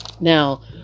now